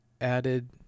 added